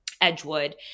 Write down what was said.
Edgewood